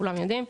כולם יודעים,